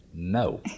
No